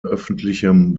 öffentlichem